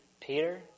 Peter